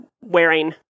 wearing